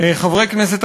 חברי כנסת,